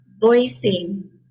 voicing